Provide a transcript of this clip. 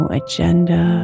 agenda